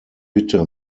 bitte